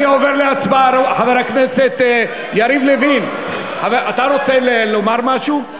חבר הכנסת יריב לוין, אתה רוצה לומר משהו?